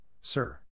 sir